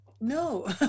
No